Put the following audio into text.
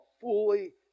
fully